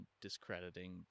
discrediting